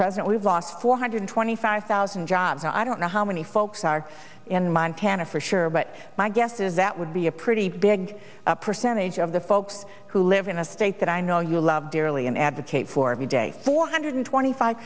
president we've lost four hundred twenty five thousand jobs i don't know how many folks are in montana for sure but my guess is that would be a pretty big percentage of the folks who live in a state that i know you love dearly and advocate for every day four hundred twenty five